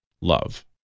love